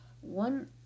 One